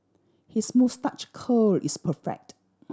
his moustache curl is perfect